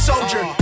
soldier